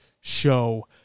show